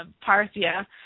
Parthia